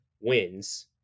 wins